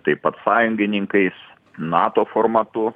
taip pat sąjungininkais nato formatu